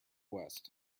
west